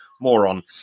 moron